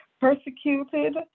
persecuted